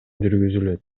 жүргүзүлөт